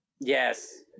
Yes